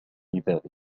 لذلك